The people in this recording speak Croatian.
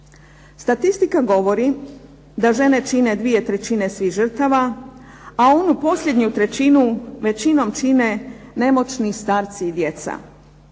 Statistika govori da žene čine dvije trećine svih žrtava, a onu posljednju trećinu većinom čine nemoćni starci i djeca.